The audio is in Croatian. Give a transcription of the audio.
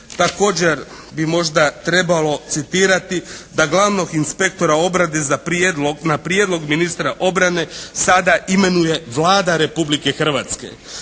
također bi možda trebalo citirati, da glavnog inspektora obrane na prijedlog ministra obrane sada imenuje Vlada Republike Hrvatske.